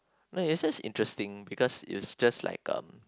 no it's interesting because is just like um